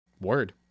Word